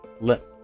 let